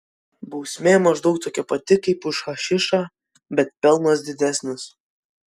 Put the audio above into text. bausmė maždaug tokia pati kaip už hašišą bet pelnas didesnis